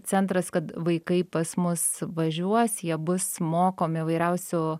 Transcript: centras kad vaikai pas mus važiuos jie bus mokomi įvairiausių